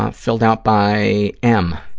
ah filled out by m,